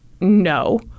no